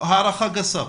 הערכה גסה.